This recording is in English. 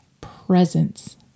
presence